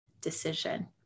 decision